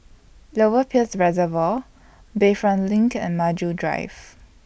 Lower Peirce Reservoir Bayfront LINK and Maju Drive